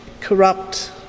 corrupt